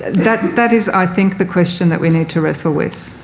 and that that is, i think, the question that we need to wrestle with.